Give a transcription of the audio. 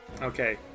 Okay